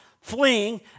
fleeing